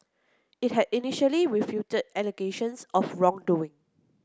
it had initially refuted allegations of wrongdoing